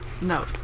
No